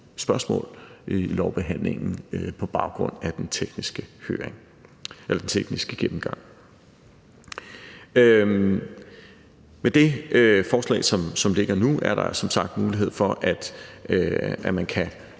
spørgsmål i lovbehandlingen på baggrund af den tekniske gennemgang. Med det forslag, som ligger nu, er der som sagt mulighed for, at man kan